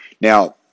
now